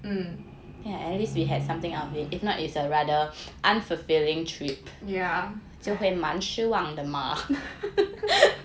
um ya